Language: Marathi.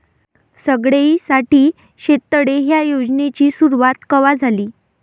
सगळ्याइसाठी शेततळे ह्या योजनेची सुरुवात कवा झाली?